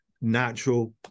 Natural